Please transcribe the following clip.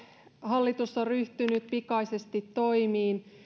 hallitus on ryhtynyt pikaisesti toimiin